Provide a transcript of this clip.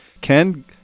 Ken